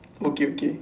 okay okay